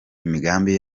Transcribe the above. imigambi